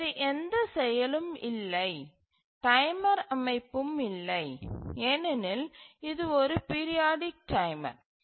வேறு எந்த செயலும் இல்லை டைமர் அமைப்பும் இல்லை ஏனெனில் இது ஒரு பீரியாடிக் டைமர்